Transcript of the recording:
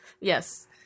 Yes